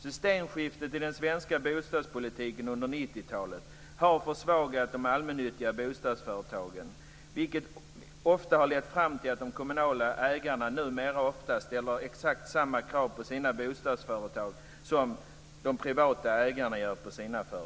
Systemskiftet i den svenska bostadspolitiken under 90-talet har försvagat de allmännyttiga bostadsföretagen, vilket har lett till att de kommunala ägarna numera ofta ställer samma krav på sina bostadsföretag som de privata ägarna på sina.